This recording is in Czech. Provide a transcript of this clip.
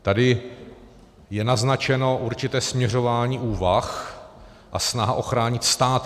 Tady je naznačeno určité směřování úvah a snaha uchránit Stát Izrael.